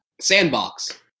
sandbox